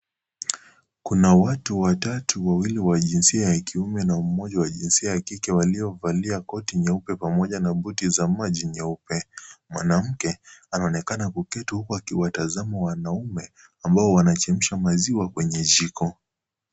Kuna watu watatu, wawili wa jinsia ya kiume na mmoja wa jinsia ya kike waliovalia koti nyeupe pamoja na buti za maji nyeupe. Mwanamke anaonekana kuketi huku akiwatazama wanaume ambao wanachemsha maziwa kwenye jiko.